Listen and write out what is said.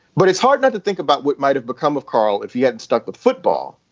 but it's hard not to think about what might have become of karl if he hadn't stuck with football.